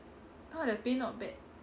它的 pay not bad